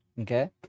Okay